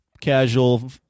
Casual